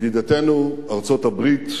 קריאת ביניים,